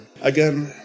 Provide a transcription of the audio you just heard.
Again